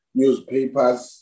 newspapers